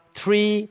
three